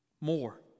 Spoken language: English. More